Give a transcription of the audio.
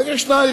אחר כך יש ירידה.